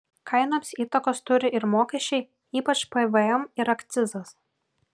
kainoms įtakos turi ir mokesčiai ypač pvm ir akcizas